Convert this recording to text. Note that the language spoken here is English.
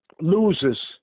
loses